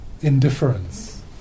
indifference